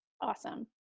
Awesome